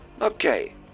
Okay